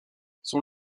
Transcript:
son